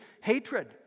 hatred